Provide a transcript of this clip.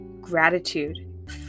gratitude